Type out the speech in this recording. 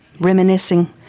reminiscing